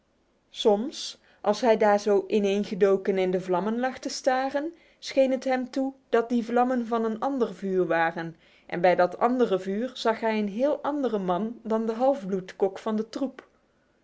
soms als hij daar zo ineengedoken in de vlammen lag te staren scheen het hem toe dat die vlammen van een ander vuur waren en bij dat andere vuur zag hij een heel anderen man dan den halfbloed kok van de troep